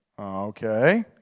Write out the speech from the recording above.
Okay